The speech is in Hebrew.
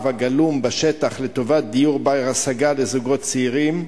הגלום בשטח לטובת דיור בר-השגה לזוגות צעירים,